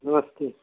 नमस्ते